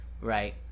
right